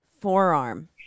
forearm